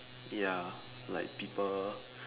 ya like people